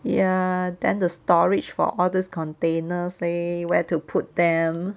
ya then the storage for all these container leh where to put them